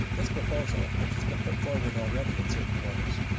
this proposal, which has been put forward already in certain quarters,